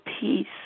peace